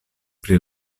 pri